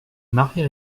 marie